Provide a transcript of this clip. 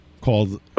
called